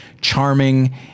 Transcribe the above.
charming